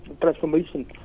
transformation